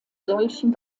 solchen